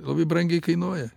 labai brangiai kainuoja